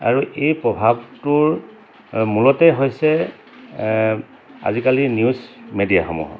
আৰু এই প্ৰভাৱটোৰ মূলতে হৈছে আজিকালি নিউজ মেডিয়াসমূহত